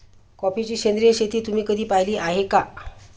कॉफीची सेंद्रिय शेती तुम्ही कधी पाहिली आहे का?